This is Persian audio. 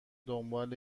دنبال